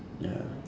ya